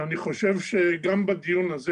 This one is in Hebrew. שאני חושב שגם בדיון הזה